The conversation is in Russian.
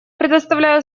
предоставляю